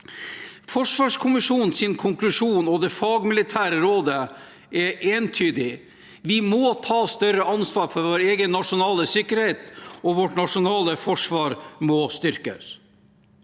Forsvarskommisjonen og det fagmilitære rådets konklusjoner er entydige: Vi må ta større ansvar for vår egen nasjonale sikkerhet, og vårt nasjonale forsvar må styrkes.